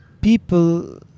people